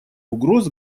угроз